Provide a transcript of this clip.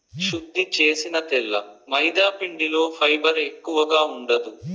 శుద్ది చేసిన తెల్ల మైదాపిండిలో ఫైబర్ ఎక్కువగా ఉండదు